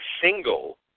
single